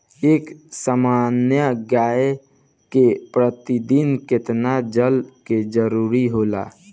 एक सामान्य गाय को प्रतिदिन कितना जल के जरुरत होला?